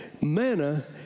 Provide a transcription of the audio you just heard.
manna